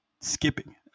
skipping